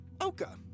Oka